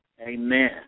Amen